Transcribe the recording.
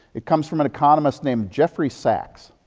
it comes from an economist named jeffrey sachs.